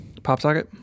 PopSocket